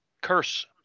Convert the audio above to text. curse